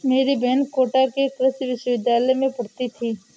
मेरी बहन कोटा के कृषि विश्वविद्यालय में पढ़ती थी